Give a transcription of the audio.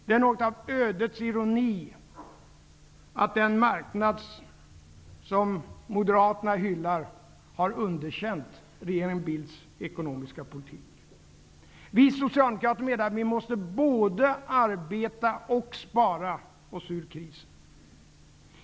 Det är något av ödets ironi att den marknad som Moderaterna hyllar har underkänt regeringen Vi socialdemokrater menar att vi måste både arbeta och spara oss ur krisen.